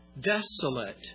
desolate